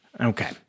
Okay